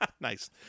Nice